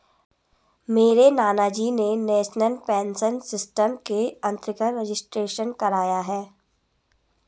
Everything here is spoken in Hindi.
मेरे नानाजी ने नेशनल पेंशन सिस्टम के अंतर्गत रजिस्ट्रेशन कराया है